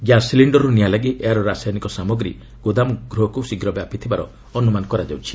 gas ସିଲିଷ୍ଟରରୁ ନିଆଁ ଲାଗି ଏହା ରସାୟନିକ ସାମଗ୍ରୀ ଗୋଦାମ ଗୃହକୁ ଶୀର୍ଘ ବ୍ୟାପିଥିବାର ଅନୁମାନ କରାଯାଉଛି